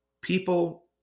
people